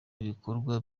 ibikorwa